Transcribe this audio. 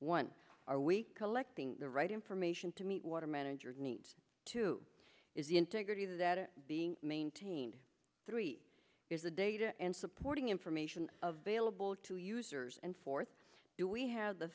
one are we collecting the right information to meet water manager needs to is the integrity that it being maintained three is the data and supporting information of bailable to users and fourth do we have the